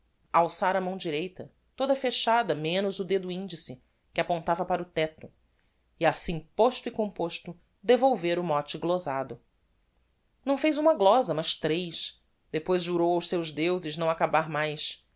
alçar a mão direita toda fechada menos o dedo indice que apontava para o tecto e assim posto e composto devolver o mote glosado não fez uma glosa mas tres depois jurou aos seus deuses não acabar mais